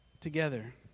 together